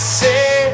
say